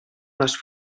les